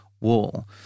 Wall